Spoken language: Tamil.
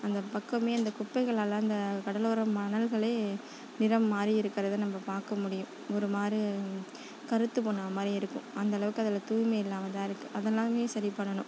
அந்த பக்கமே அந்த குப்பைகளெல்லாம் அந்த கடலோர மணல்களே நிறம் மாதிரி இருக்கிறத நம்ம பார்க்க முடியும் ஒரு மாதிரி கருத்து போன மாதிரி இருக்கும் அந்தளவுக்கு அதில் தூய்மை இல்லாமல்தான் இருக்கும் அதல்லாமே சரி பண்ணணும்